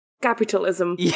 Capitalism